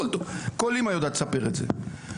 כל אמא יודעת לספר את זה,